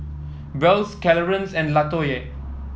Wells Clarance and Latoyia